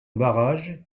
barrage